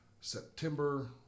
September